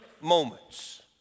moments